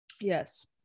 Yes